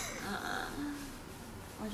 我觉得我越来越胆小 sia